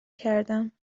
کردم